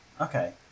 Okay